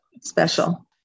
Special